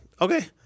okay